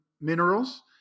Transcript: Minerals